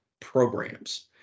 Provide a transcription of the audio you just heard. programs